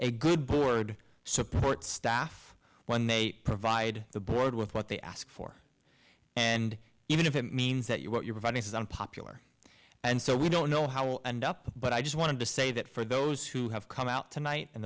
a good board support staff when they provide the board with what they ask for and even if it means that you are funny as unpopular and so we don't know how and up but i just wanted to say that for those who have come out tonight and